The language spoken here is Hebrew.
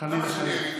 חלילה.